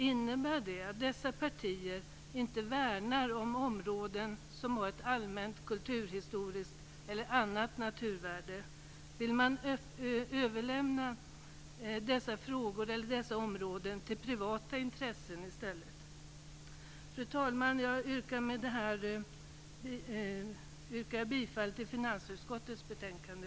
Innebär det att dessa partier inte värnar om områden som har ett allmänt kulturhistoriskt eller annat naturvärde? Vill man överlämna dessa områden till privata intressen i stället? Fru talman! Jag yrkar bifall till förslaget i finansutskottets betänkande.